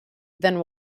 then